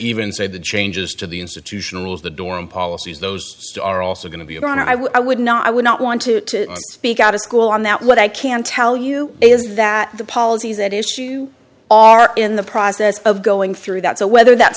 even said the changes to the institutional rules the dorm policies those are also going to be around i would i would not i would not want to speak out of school on that what i can tell you is that the policies at issue are in the process of going through that so whether that